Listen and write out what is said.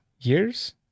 Years